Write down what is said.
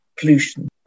pollution